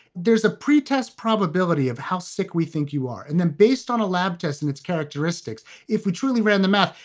there's a pre-test probability of how sick we think you are. and then based on a lab test and its characteristics. if we truly ran the math,